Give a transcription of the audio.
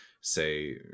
Say